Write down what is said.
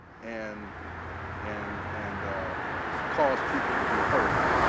and and and cause people to be hurt,